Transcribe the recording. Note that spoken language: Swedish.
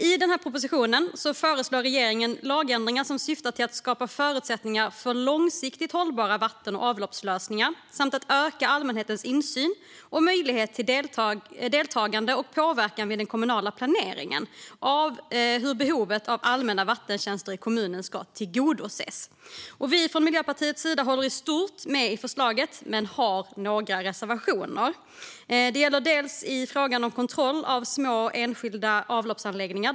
I propositionen föreslår regeringen lagändringar som syftar till att skapa förutsättningar för långsiktigt hållbara vatten och avloppslösningar samt att öka allmänhetens insyn och möjlighet till deltagande och påverkan vid den kommunala planeringen av hur behovet av allmänna vattentjänster i kommunen ska tillgodoses. Vi från Miljöpartiets sida håller i stort med om förslaget men har några reservationer. Det gäller frågan om kontroll av små enskilda avloppsanläggningar.